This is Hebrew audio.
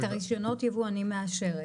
את רישיונות היבוא אני מאשרת,